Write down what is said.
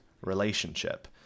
relationship